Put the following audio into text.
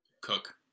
Cook